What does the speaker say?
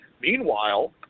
meanwhile